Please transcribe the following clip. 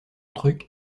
truc